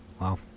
Wow